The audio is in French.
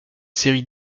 série